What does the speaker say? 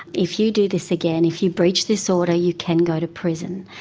if you do this again, if you breach this order you can go to prison.